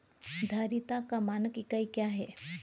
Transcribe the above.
धारिता का मानक इकाई क्या है?